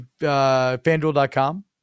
fanduel.com